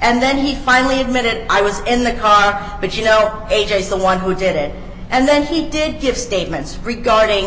and then he finally admitted i was in the car but you know a j someone who did it and then he did give statements regarding